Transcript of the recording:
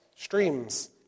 Streams